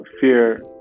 fear